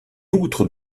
outre